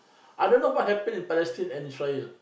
I don't know what happen in Palestine and Israel